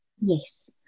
Yes